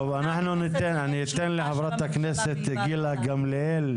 טוב, אני אתן לחברת הכנסת גילה גמליאל.